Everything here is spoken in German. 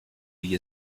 wie